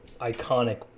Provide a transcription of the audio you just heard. iconic